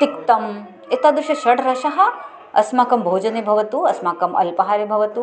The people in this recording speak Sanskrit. तिक्तम् एतादृशषड्रसः अस्माकं भोजने भवतु अस्माकम् अल्पाहारे भवतु